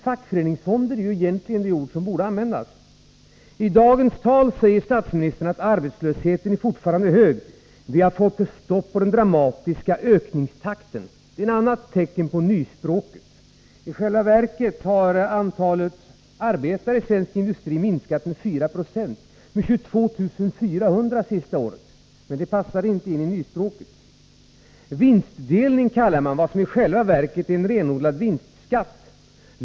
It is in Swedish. Fackföreningsfonder är ju egentligen det ord som borde användas. I dagens tal säger statsministern att arbetslösheten fortfarande är hög. Vi har fått stopp på den dramatiska ökningstakten, säger Olof Palme. Det är en annan yttring av nyspråket. I själva verket har antalet arbetare i svensk industri minskat med 4 20 — med 22 400 sista året. Men det passar inte in i nyspråket. Vinstdelning kallar man det som i själva verket är en renodlad vinstskatt.